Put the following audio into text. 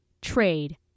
trade